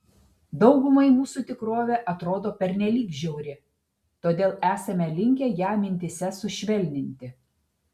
daugumai mūsų tikrovė atrodo pernelyg žiauri todėl esame linkę ją mintyse sušvelninti